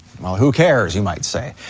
well who cares, you might say.